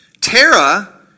Tara